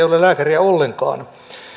ole lääkäriä ollenkaan